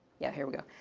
yeah here we go.